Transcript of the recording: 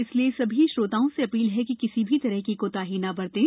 इसलिए सभी श्रोताओं से अपील है कि किसी भी तरह की कोताही न बरतें